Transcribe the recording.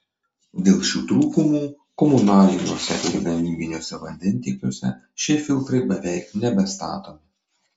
dėl šių trūkumų komunaliniuose ir gamybiniuose vandentiekiuose šie filtrai beveik nebestatomi